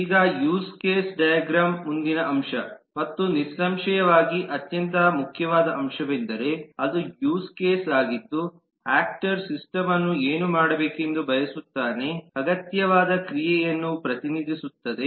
ಈಗ use case ಡೈಗ್ರಾಮ್ನ ಮುಂದಿನ ಅಂಶ ಮತ್ತು ನಿಸ್ಸಂಶಯವಾಗಿ ಅತ್ಯಂತ ಮುಖ್ಯವಾದ ಅಂಶವೆಂದರೆ ಅದು ಯೂಸ್ ಕೇಸ್ ಆಗಿದ್ದು ಯಾಕ್ಟರ್ ಸಿಸ್ಟಮ್ಅನ್ನು ಏನು ಮಾಡಬೇಕೆಂದು ಬಯಸುತ್ತಾನೆ ಅಗತ್ಯವಾದ ಕ್ರಿಯೆಯನ್ನು ಪ್ರತಿನಿಧಿಸುತ್ತದೆ